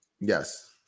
yes